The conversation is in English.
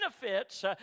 benefits